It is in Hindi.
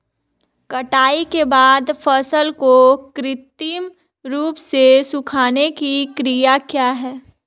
कटाई के बाद फसल को कृत्रिम रूप से सुखाने की क्रिया क्या है?